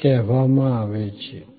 કહેવામાં આવે છે